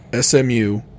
SMU